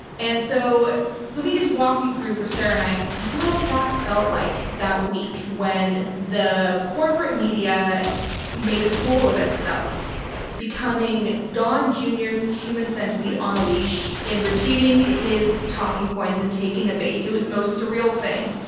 and so let me just walk you through for sarah and i, what that felt like. that week when the corporate media made a fool of itself becoming don jr's human centipede on a leash in repeating his talking points and taking the bait, it was the most surreal thing.